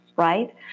Right